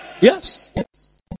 Yes